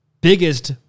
biggest